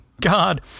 God